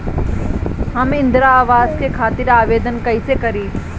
हम इंद्रा अवास के खातिर आवेदन कइसे करी?